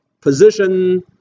position